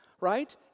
right